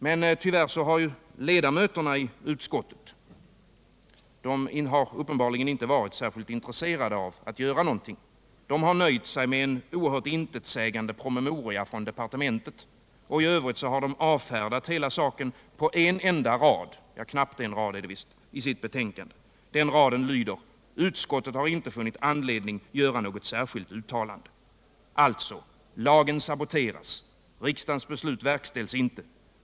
Men tyvärr har ledamöterna i utskottet uppenbarligen inte varit särskilt intresserade av att göra någonting, utan de har nöjt sig med en helt intetsägande promemoria från departementet och i övrigt avfärdat hela saken med en enda rad — ja, knappt en rad är det visst — i sitt betänkande. Den raden lyder: Utskottet har ”inte funnit anledning göra något särskilt uttalande”. Alltså: lagen saboteras. Riksdagens beslut verkställs inte.